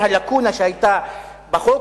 מהלקונה שהיתה בחוק,